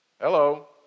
Hello